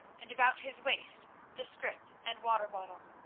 and about his waist the scrip and water-bottle.